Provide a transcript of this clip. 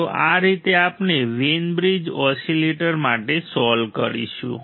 તો આ રીતે આપણે વેઈન બ્રિજ ઓસીલેટર માટે સોલ્વ કરીશું